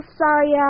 sorry